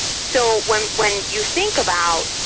so when when you think about,